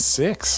six